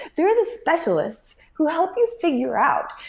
they are the specialists who help you figure out.